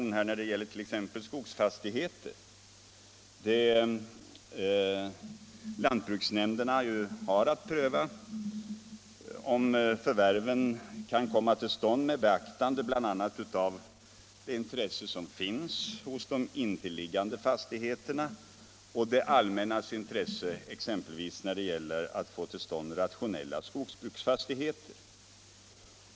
När det gäller t. ex skogsfastigheter har lantbruksnämnderna att pröva om förvärven kan komma till stånd med beaktande bl.a. av det intresse som finns hos ägarna till intilliggande fastigheter och av det allmännas intresse av att få til! stånd rationella skogsbruksfastigheter.